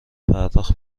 پرداخت